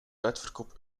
uitverkoop